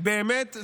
באמת,